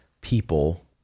people